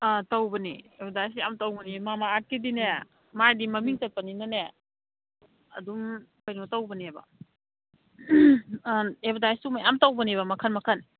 ꯑꯥ ꯇꯧꯕꯅꯦ ꯑꯦꯕꯔꯗꯥꯏꯁ ꯌꯥꯝ ꯇꯧꯕꯅꯦ ꯃꯃꯥ ꯑꯥꯔꯠꯀꯤꯗꯤꯅꯦ ꯃꯥꯗꯤ ꯃꯃꯤꯡ ꯆꯠꯄꯅꯤꯅꯅꯦ ꯑꯗꯨꯝ ꯀꯩꯅꯣ ꯇꯧꯕꯅꯦꯕ ꯑꯦꯕꯔꯗꯥꯏꯁꯁꯨ ꯃꯌꯥꯝ ꯇꯧꯕꯅꯦꯕ ꯃꯈꯟ ꯃꯈꯟ